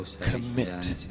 commit